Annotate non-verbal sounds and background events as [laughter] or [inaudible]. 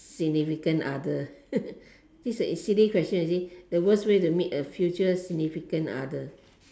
significant other [laughs] this a silly question you see the worst way to meet a future significant other